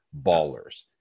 Ballers